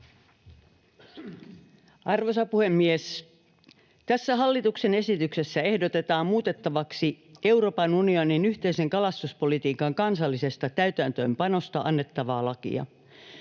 Arvoisa puhemies! Tässä hallituksen esityksessä ehdotetaan muutettavaksi Euroopan unionin yhteisen kalastuspolitiikan kansallisesta täytäntöönpanosta annettavaa lakia.